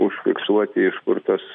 užfiksuoti iš kur tas